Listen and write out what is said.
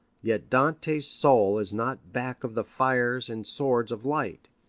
yet dante's soul is not back of the fires and swords of light.